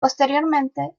posteriormente